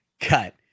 cut